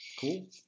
Cool